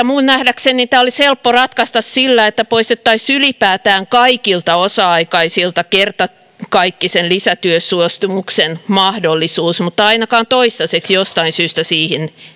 minun nähdäkseni tämä olisi helppo ratkaista sillä että poistettaisiin ylipäätään kaikilta osa aikaisilta kertakaikkisen lisätyösuostumuksen mahdollisuus mutta ainakaan toistaiseksi jostain syystä siihen